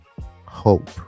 hope